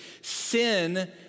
Sin